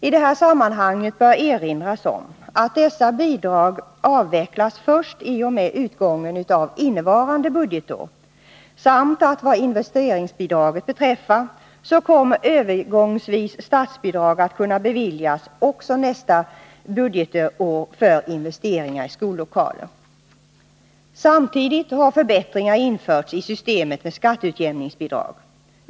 I detta sammanhang bör erinras om att dessa bidrag avvecklas först i och med utgången av innevarande budgetår, samt att vad investeringsbidraget beträffar så kommer övergångsvis statsbidrag att kunna beviljas också nästa budgetår för investeringar i skollokaler. Samtidigt har förbättringar införts i systemet med skatteutjämningsbidrag.